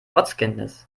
ortskenntnis